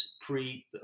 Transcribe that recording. pre